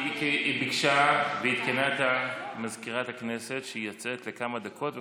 היא ביקשה ועדכנה את מזכירת הכנסת שהיא יוצאת לכמה דקות וחוזרת.